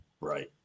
Right